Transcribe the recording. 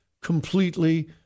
completely